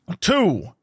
Two